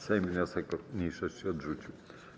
Sejm wniosek mniejszości odrzucił.